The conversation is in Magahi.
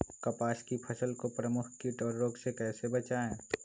कपास की फसल को प्रमुख कीट और रोग से कैसे बचाएं?